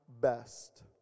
best